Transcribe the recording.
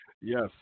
Yes